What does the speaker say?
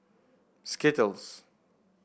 skittles